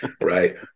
Right